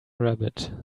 rabbit